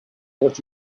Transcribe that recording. what